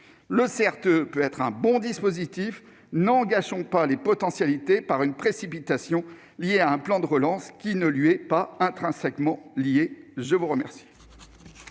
le CRTE peut être un bon dispositif ; alors, n'en gâchons pas les potentialités par une précipitation liée à un plan de relance qui ne lui est pas intrinsèquement lié ! La parole